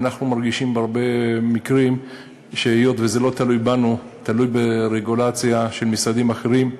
אנחנו מרגישים בהרבה מקרים שזה לא תלוי בנו אלא ברגולציה במשרדים אחרים.